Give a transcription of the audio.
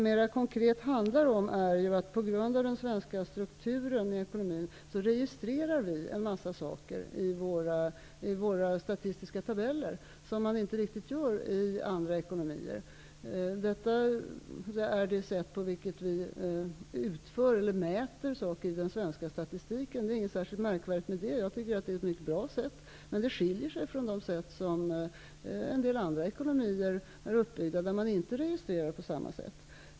Mer konkret handlar det om att vi på grund av den svenska ekonomins struktur registrerar en massa saker i våra statistiska tabeller, vilket man inte gör i andra ekonomier. På detta sätt mäter vi med hjälp av statistik olika saker. Det är inget särskilt märkvärdigt med det. Det är ett mycket bra sätt. Men det skiljer sig från de sätt som en del andra ekonomier är uppbyggda på, där man inte registrerar på samma sätt.